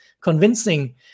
convincing